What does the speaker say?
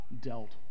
dealt